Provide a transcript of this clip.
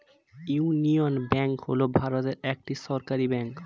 union Bank হল ভারতের একটি সরকারি ব্যাঙ্ক